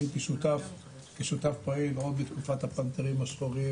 הייתי שותף פעיל עוד בתקופת הפנתרים השחורים